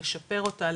לשפר אותה,